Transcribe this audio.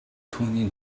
түүний